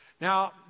Now